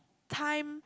time